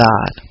God